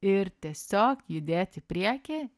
ir tiesiog judėt į priekį